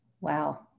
wow